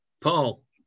Paul